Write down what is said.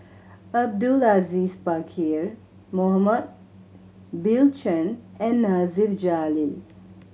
Abdul Aziz Pakkeer Mohamed Bill Chen and Nasir Jalil